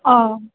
अ